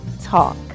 Talk